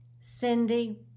Cindy